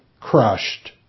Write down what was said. crushed